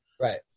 Right